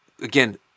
Again